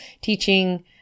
teaching